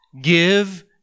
Give